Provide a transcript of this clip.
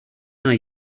are